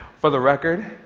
for the record,